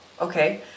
okay